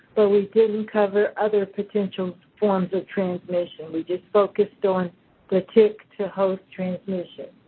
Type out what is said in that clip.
but, we didn't cover other potential forms of transmission. we just focused on the tick to host transmission.